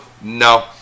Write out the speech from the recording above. No